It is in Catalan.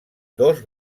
dos